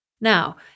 Now